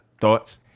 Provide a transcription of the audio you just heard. Thoughts